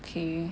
okay